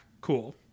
cool